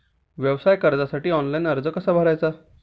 व्यवसाय कर्जासाठी ऑनलाइन अर्ज कसा भरायचा?